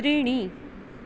त्रीणि